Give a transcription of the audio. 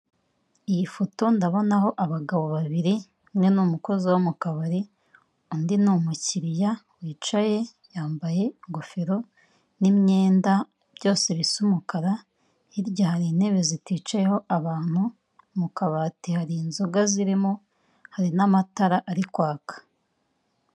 Iyi foto ndabonaho abagabo babiri umwe ni umukozi wo mukabari, undi ni umukiriya wicaye yambaye ingofero n'imyenda byose bisa umukara, hirya hari intebe ziticayeho abantu, mukabati hari inzoga zirimo hari n'amatara ari kwaka.